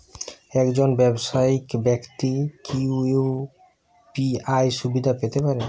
একজন ব্যাবসায়িক ব্যাক্তি কি ইউ.পি.আই সুবিধা পেতে পারে?